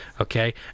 okay